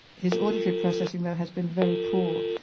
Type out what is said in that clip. his auditory processing though has been very poor,